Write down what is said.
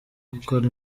gukora